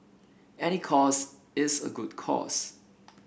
any cause is a good cause